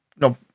No